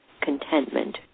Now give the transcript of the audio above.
contentment